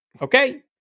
okay